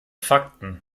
fakten